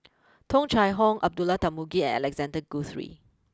Tung Chye Hong Abdullah Tarmugi and Alexander Guthrie